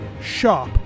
shop